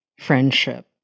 friendship